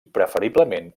preferiblement